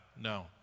no